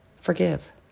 forgive